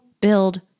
build